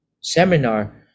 seminar